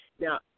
Now